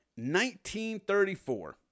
1934